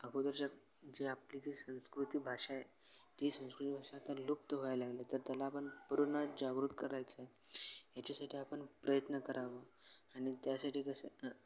अगोदरच्या जी आपली जी संस्कृती भाषा आहे ती संस्कृती भाषा आता लुप्त व्हायला लागले तर त्याला आपण पूर्ण जागृत करायचं आहे याच्यासाठी आपण प्रयत्न करावं आणि त्यासाठी कसं अ